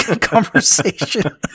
conversation